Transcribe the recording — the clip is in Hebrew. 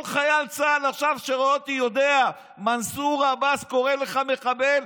כל חייל צה"ל שעכשיו רואה אותי יודע: מנסור עבאס קורא לך מחבל,